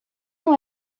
não